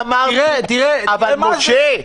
אין שם אנשים שסוגרים תיקים בכוונה